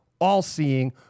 all-seeing